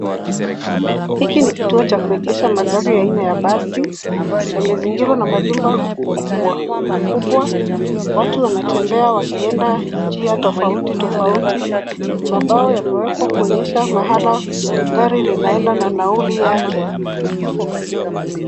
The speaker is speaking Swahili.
Hiki ni kituo cha kuegesha magari aina ya basi. Yamezigirwa na majumba kubwa kubwa. Watu wanatembea wakieda njia tofauti tofauti. Mambao yameekwa kuonyesha mahala gari linaeda na nauli yake.